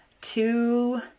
two